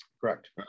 Correct